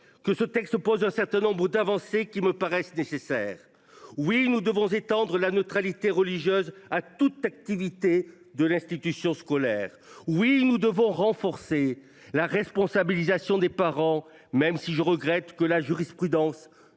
que ce texte pose un certain nombre d’avancées qui me paraissent nécessaires. Oui, nous devons étendre la neutralité religieuse à toutes les activités de l’institution scolaire. Oui, nous devons renforcer la responsabilisation des parents, même si je regrette que la jurisprudence